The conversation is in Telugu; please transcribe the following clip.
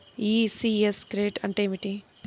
ఈ.సి.యస్ క్రెడిట్ అంటే ఏమిటి?